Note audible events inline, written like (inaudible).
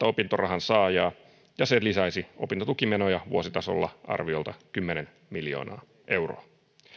(unintelligible) opintorahan saajaa ja se lisäisi opintotukimenoja vuositasolla arviolta kymmenen miljoonaa euroa